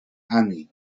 annie